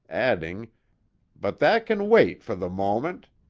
adding but that can wait for the moment.